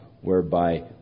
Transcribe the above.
whereby